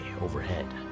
overhead